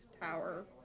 tower